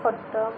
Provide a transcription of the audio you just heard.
ଖଟ